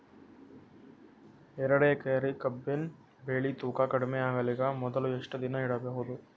ಎರಡೇಕರಿ ಕಬ್ಬಿನ್ ಬೆಳಿ ತೂಕ ಕಡಿಮೆ ಆಗಲಿಕ ಮೊದಲು ಎಷ್ಟ ದಿನ ಇಡಬಹುದು?